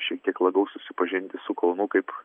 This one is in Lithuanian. šiek tiek labiau susipažinti su kaunu kaip